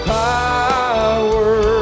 power